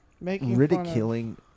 ridiculing